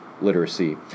literacy